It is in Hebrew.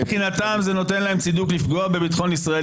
שמבחינתם זה נותן להם צידוק לפגוע בביטחון ישראל,